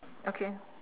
okay